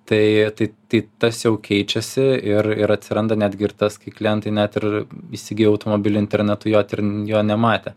tai tai tai tas jau keičiasi ir ir atsiranda netgi ir tas kai klientai net ir įsigiję automobilį internetu jo ir jo nematę